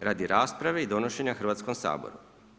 radi rasprave i donošenja Hrvatskom saboru.